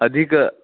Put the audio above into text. अधिकम्